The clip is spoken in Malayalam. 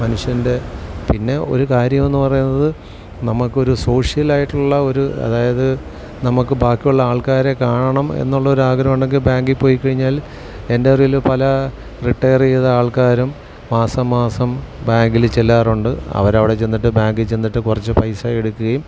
മനുഷ്യൻ്റെ പിന്നെ ഒരു കാര്യം എന്ന് പറയുന്നത് നമുക്കൊരു സോഷ്യൽ ആയിട്ടുള്ള ഒരു അതായത് നമുക്ക് ബാക്കി ഉള്ള ആൾക്കാരെ കാണണം എന്നുള്ള ഒരു ആഗ്രഹം ഉണ്ടെങ്കിൽ ബാങ്കിൽ പോയി കഴിഞ്ഞാൽ എൻ്റെ അറിവിൽ പല റിട്ടേർ ചെയ്ത ആൾക്കാരും മാസം മാസം ബാങ്കിൽ ചെല്ലാറുണ്ട് അവരവിടെ ചെന്നിട്ട് ബാങ്കിൽ ചെന്നിട്ട് കുറച്ച് പൈസ എടുക്കുകയും